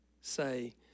say